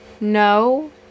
No